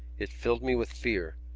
it filled me with fear,